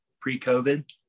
pre-covid